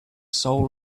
soul